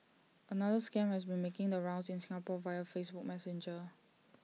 another scam has been making the rounds in Singapore via Facebook Messenger